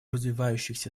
развивающихся